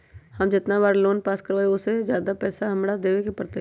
हम जितना के लोन पास कर बाबई ओ से ज्यादा पैसा हमरा देवे के पड़तई?